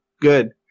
good